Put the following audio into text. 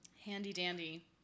handy-dandy